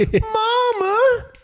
Mama